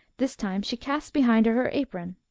this time she casts behind her her apron,